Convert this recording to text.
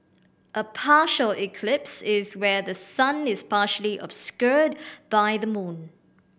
a partial eclipse is where the sun is partially obscured by the moon